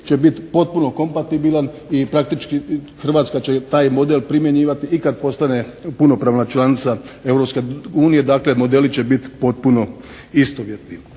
će biti potpuno kompatibilan i praktički Hrvatska će taj model primjenjivati i kad postane punopravna članica Europske unije. Dakle, modeli će biti potpuno istovjetni.